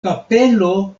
kapelo